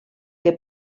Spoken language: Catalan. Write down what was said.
que